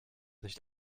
nicht